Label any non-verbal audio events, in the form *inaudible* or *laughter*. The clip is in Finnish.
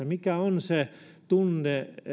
*unintelligible* mikä on tunne